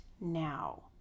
now